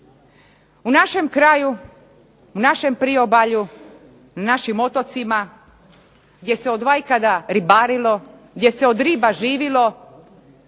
U našem kraju, u našem priobalju, na našim otocima gdje se odvajkada ribarilo, gdje se od riba živilo,